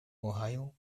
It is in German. ohio